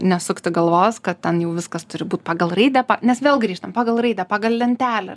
nesukti galvos kad ten jau viskas turi būt pagal raidę nes vėl grįžtam pagal raidę pagal lentelę